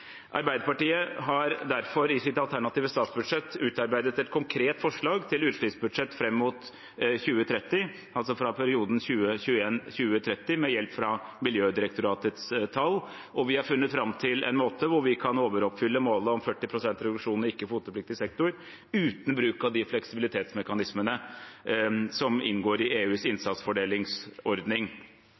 Arbeiderpartiet har derfor i sitt alternative statsbudsjett utarbeidet et konkret forslag til utslippsbudsjett fram mot 2030, altså perioden 2021–2030, med hjelp fra Miljødirektoratets tall, og vi har funnet fram til en måte hvor vi kan overoppfylle målet om 40 pst. reduksjon i ikke-kvotepliktig sektor uten bruk av de fleksibilitetsmekanismene som inngår i EUs innsatsfordelingsordning.